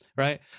Right